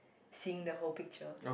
seeing the whole picture